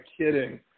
kidding